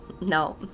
no